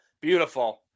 Beautiful